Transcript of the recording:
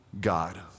God